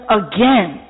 again